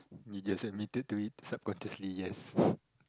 you just admitted to it subconsciously yes